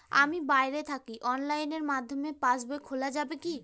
আমি বাইরে থাকি অনলাইনের মাধ্যমে পাস বই খোলা যাবে কি?